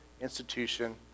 institution